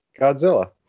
godzilla